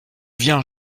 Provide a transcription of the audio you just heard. viens